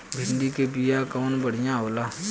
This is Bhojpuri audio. भिंडी के बिया कवन बढ़ियां होला?